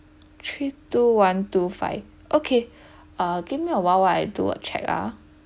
three two one two five okay uh give me a while I'll do a check ah